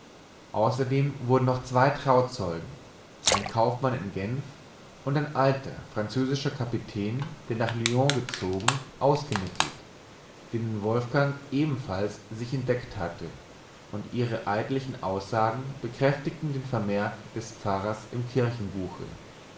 außerdem wurden noch zwei trauzeugen ein kaufmann in genf und ein alter französischer kapitän der nach lyon gezogen ausgemittelt denen wolfgang ebenfalls sich entdeckt hatte und ihre eidlichen aussagen bekräftigten den vermerk des pfarrers im kirchenbuche